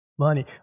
money